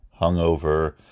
hungover